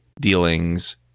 dealings